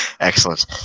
excellent